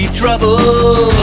trouble